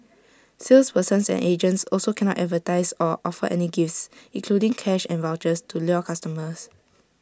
salespersons and agents also cannot advertise or offer any gifts including cash and vouchers to lure customers